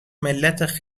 ملت